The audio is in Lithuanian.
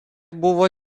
buvo